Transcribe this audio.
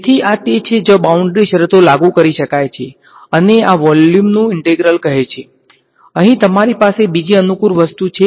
તેથી આ તે છે જ્યાં બાઉન્ડ્રી શરતો લાગુ કરી શકાય છે અને આ વોલ્યુમ ઇન્ટેગ્રલ રહે છે અહીં તમારી પાસે બીજી અનુકૂળ વસ્તુ છે